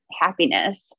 happiness